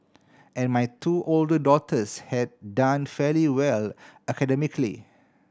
and my two older daughters had done fairly well academically